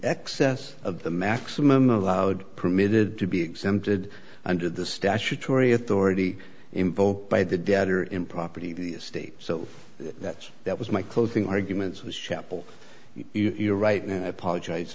excess of the maximum allowed permitted to be exempted under the statutory authority invoked by the debtor in property the state so that's that was my closing arguments was schappell you're right and i apologize